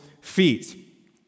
feet